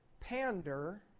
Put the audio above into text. pander